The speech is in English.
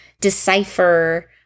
decipher